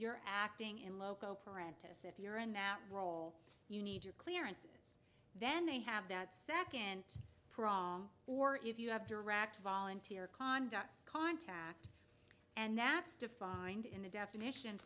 you're acting in loco parentis if you're in that role you need to clearances then they have that second prong or if you have direct volunteer conduct contact and that's defined in the definition